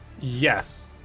Yes